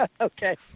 okay